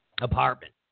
Apartment